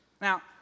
Now